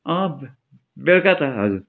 अँ ब बेलुका त हजुर